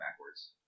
backwards